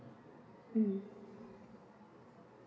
mm